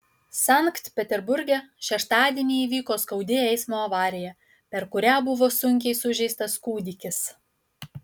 sankt peterburge šeštadienį įvyko skaudi eismo avarija per kurią buvo sunkiai sužeistas kūdikis